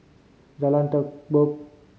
Jalan Terubok